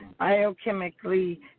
biochemically